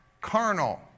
carnal